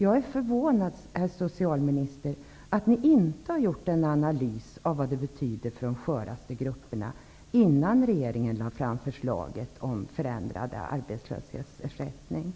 Jag är förvånad, herr socialminister, över att ni inte innan regeringen lade fram sitt förslag om förändrad arbetslösersättning hade gjort en analys av vad detta betyder för de sköraste grupperna.